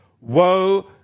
Woe